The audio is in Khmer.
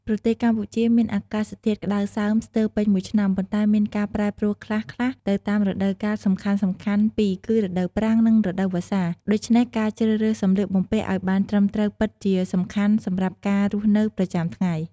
ប្រទេសកម្ពុជាមានអាកាសធាតុក្តៅសើមស្ទើរពេញមួយឆ្នាំ ប៉ុន្តែមានការប្រែប្រួលខ្លះៗទៅតាមរដូវកាលសំខាន់ៗពីរគឺ រដូវប្រាំង និងរដូវវស្សា ដូច្នេះការជ្រើសរើសសម្លៀកបំពាក់ឱ្យបានត្រឹមត្រូវពិតជាសំខាន់សម្រាប់ការរស់នៅប្រចាំថ្ងៃ។